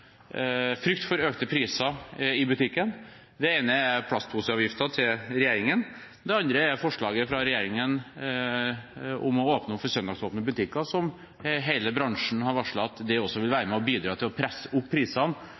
frykt for økte priser i butikken. Det ene er plastposeavgiften til regjeringen, det andre er forslaget fra regjeringen om å åpne opp for søndagsåpne butikker, som hele bransjen har varslet også vil bidra til å presse opp prisene